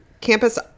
campus